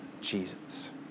Jesus